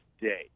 day